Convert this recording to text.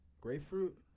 grapefruit